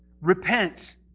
Repent